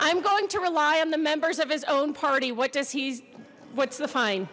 i'm going to rely on the members of his own party what does he what's the fine